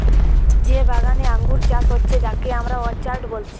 যে বাগানে আঙ্গুর চাষ হচ্ছে যাকে আমরা অর্চার্ড বলছি